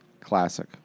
classic